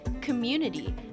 community